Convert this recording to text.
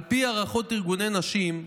"על פי הערכות ארגוני נשים,